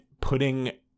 putting